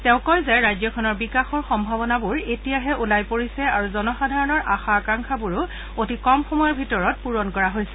তেওঁ কয় যে ৰাজ্যখনৰ বিকাশৰ সম্ভাৱনাবোৰ এতিয়াহে ওলাই পৰিছে আৰু জনসাধাৰণৰ আশা আকাংক্ষাবোৰ অতি কম সময়ৰ ভিতৰত পূৰণ কৰা হৈছে